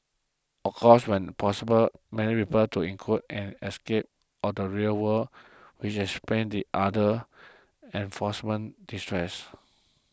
of course when possible many revert to include an escape on the real world which explains the other reinforcement distresses